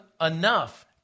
enough